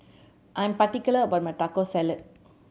I'm particular about my Taco Salad